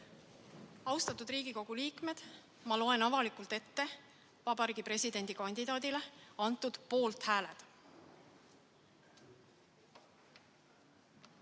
Austatud Riigikogu liikmed! Ma loen avalikult ette Vabariigi Presidendi kandidaadile antud poolthääled. Alar